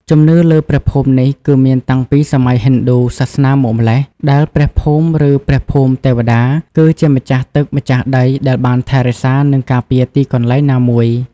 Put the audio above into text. ជំនឿលើព្រះភូមិនេះគឺមានតាំងពីសម័យហិណ្ឌូសាសនាមកម្ល៉េះ ដែលព្រះភូមិ ឬ ព្រះភូមិទេវតា គឺជាម្ចាស់ទឹកម្ចាស់ដីដែលបានថែរក្សា និងការពារទីកន្លែងណាមួយ។